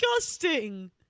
disgusting